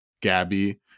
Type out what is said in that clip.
gabby